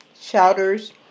Shouters